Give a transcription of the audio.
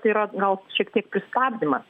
tai yra gal šiek tiek pristabdymas